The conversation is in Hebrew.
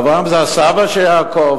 אברהם זה הסבא של יעקב.